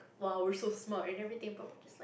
!wow! we so smart and everything but we just